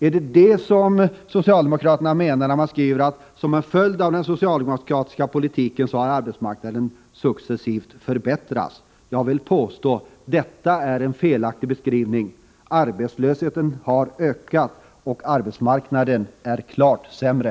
Är det detta som socialdemokraterna i utskottet menar när de skriver: Som en följd av den socialdemokratiska politiken har läget på arbetsmarknaden successivt förbättrats. Jag påstår att detta är en felaktig beskrivning. Arbetslösheten har ökat, och läget på arbetsmarknaden är klart sämre.